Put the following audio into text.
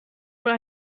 wohl